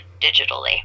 digitally